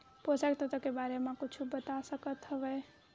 पोषक तत्व के बारे मा कुछु बता सकत हवय?